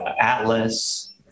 Atlas